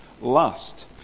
lust